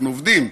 אנחנו עובדים,